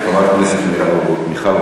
חברת כנסת מיכל רוזין.